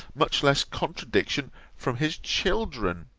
much less contradiction from his children?